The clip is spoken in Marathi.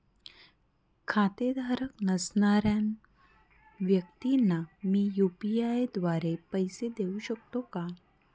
खातेधारक नसणाऱ्या व्यक्तींना मी यू.पी.आय द्वारे पैसे देऊ शकतो का?